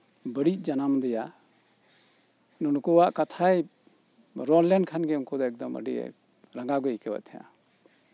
ᱵᱟᱹᱲᱤᱡ ᱡᱟᱱᱟᱢ ᱟᱫᱮᱭᱟ ᱱᱩᱠᱩᱣᱟᱜ ᱠᱟᱛᱷᱟᱭ ᱨᱚᱲ ᱞᱮᱠᱷᱟᱱ ᱜᱮ ᱩᱱᱠᱩ ᱫᱚ ᱟᱹᱰᱤ ᱨᱟᱸᱜᱟᱣ ᱜᱮᱭ ᱟᱹᱭᱠᱟᱹᱣ ᱮᱫ ᱛᱟᱦᱮᱸ